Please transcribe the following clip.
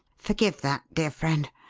forgive that, dear friend.